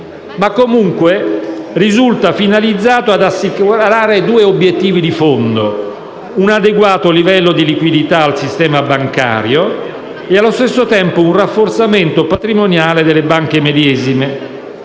caso, risulta finalizzato ad assicurare due obiettivi di fondo: un adeguato livello di liquidità al sistema bancario e allo stesso tempo un rafforzamento patrimoniale delle banche medesime.